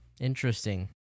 Interesting